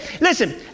Listen